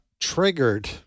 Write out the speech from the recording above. triggered